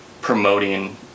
promoting